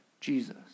Jesus